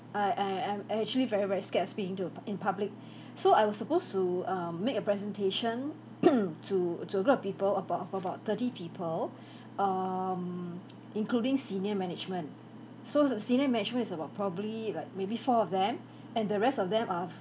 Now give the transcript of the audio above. I I am actually very very scared of speaking to a in public so I was supposed to err make a presentation to to a group of people about of about thirty people um including senior management so s~ senior management is about probably like maybe four of them and the rest of them are